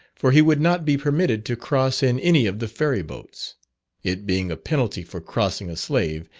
for he would not be permitted to cross in any of the ferry boats it being a penalty for crossing a slave,